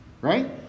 Right